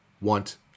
want